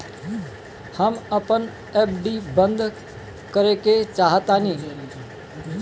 हम अपन एफ.डी बंद करेके चाहातानी